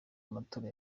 amatora